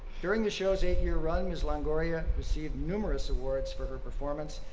during the show's eight-year run, ms. longoria received numerous awards for her performance,